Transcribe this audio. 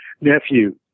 nephew